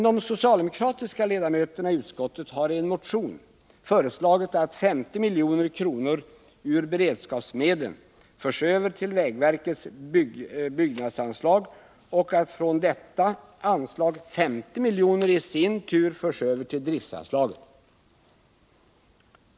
De socialdemokratiska ledamöterna av utskottet har i en motion, som följs uppi reservation 2, föreslagit att 50 milj.kr. ur beredskapsmedlen förs över till vägverkets byggnadsanslag och att från detta anslag 50 milj.kr. i sin tur förs över på driftanslaget.